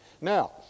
Now